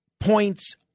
Points